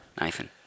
Nathan